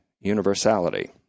universality